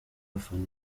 afana